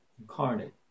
incarnate